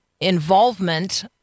involvement